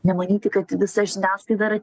nemanyti kad visa žiniasklaida yra